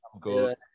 good